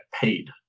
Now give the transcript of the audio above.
paid